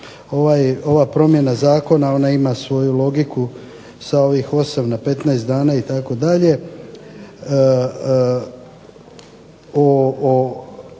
ova promjena zakona ona ima svoju logiku sa ovih 8 na 15 dana itd.,